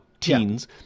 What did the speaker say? teens